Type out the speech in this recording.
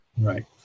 Right